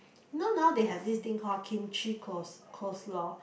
you know now they have this thing called Kimchi coles~ coleslaw